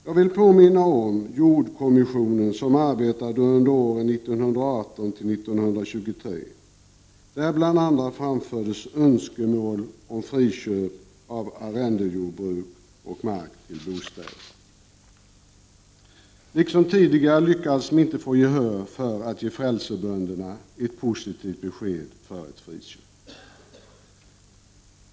Jag vill påminna om jordkommissionen som arbetade under åren 1918 1923 och där man bl.a. framförde önskemål om friköp av arrendejordbruk och mark till bostäder. Liksom tidigare misslyckades man med att få gehör för tanken att ge frälsebönderna ett positivt besked om ett friköp.